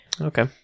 Okay